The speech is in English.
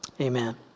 amen